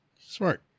smart